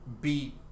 beat